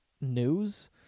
news